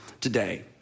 today